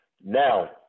Now